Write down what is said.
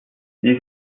dies